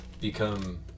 become